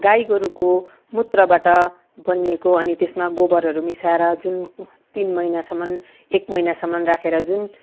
गाई गोरुको मूत्रबाट बनिएको अनि त्यसमा गोबरहरू मिसाएर जुन तिन महिनासम्म एक महिनासम्म राखेर जुन